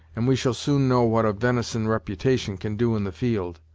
and we shall soon know what a ven'son reputation can do in the field.